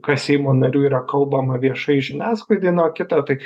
kas seimo narių yra kalbama viešai žiniasklaidai na o kita tai